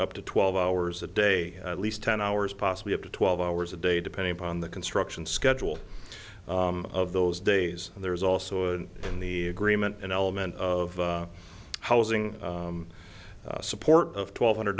up to twelve hours a day at least ten hours possibly up to twelve hours a day depending upon the construction schedule of those days and there is also an in the agreement an element of housing support of twelve hundred